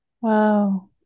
Wow